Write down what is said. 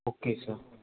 કે છે